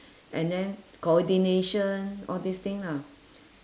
and then coordination all these thing lah